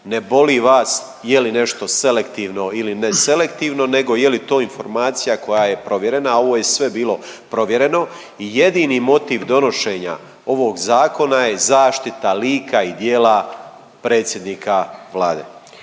Ne boli vas je li nešto selektivno ili neselektivno nego je li to informacija koja je provjerena, a ovo je sve bilo provjereno i jedini motiv donošenja ovog zakona je zaštita lika i djela predsjednika Vlade.